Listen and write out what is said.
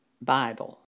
Bible